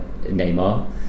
Neymar